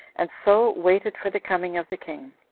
and so waited for the coming of the king.